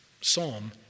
psalm